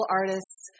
artists